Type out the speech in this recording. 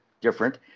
different